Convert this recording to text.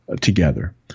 together